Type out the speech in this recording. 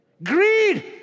Greed